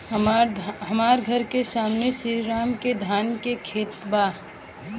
हमर घर के सामने में श्री राम के धान के खेत बा